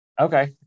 Okay